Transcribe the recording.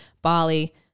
Bali